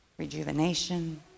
rejuvenation